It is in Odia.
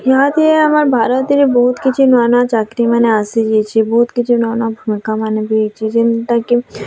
ଖିଆ ପିଆ ଆମର୍ ଭାରତ୍ରେ ବହୁତ୍ କିଛି ନୂଆ ନୂଆ ଚାକିର୍ମାନେ ଆସି ଯାଇଛି ବହୁତ କିଛି ନୂଆ ନୂଆ ମାନେ ବି ହୋଇଛି ଯେନ୍ତା କି